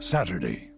Saturday